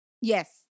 Yes